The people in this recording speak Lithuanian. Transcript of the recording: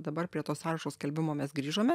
dabar prie to sąrašo skelbimo mes grįžome